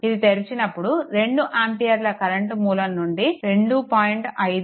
ఇది తెరిచినప్పుడు 2 ఆంపియర్ల కరెంట్ మూలం నుండి 2